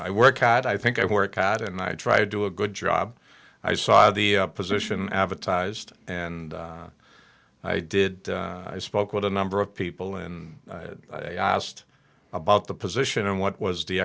i work at i think i work out and i try to do a good job i saw the position advertised and i did i spoke with a number of people and asked about the position and what was the